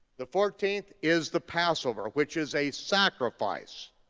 the fourteenth is the passover which is a sacrifice,